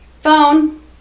phone